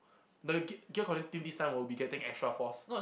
the gear connecting this time will be getting extra force